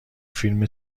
فیلم